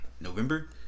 November